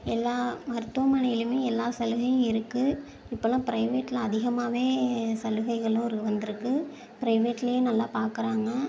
எல்லா மருத்துவமனையிலையும் எல்லா சலுகையும் இருக்குது இப்போல்லாம் ப்ரைவேட்டில் அதிகமாகவே சலுகைகளும் வந்துருக்குது ப்ரைவேட்லையே நல்லா பார்க்குறாங்க